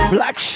Black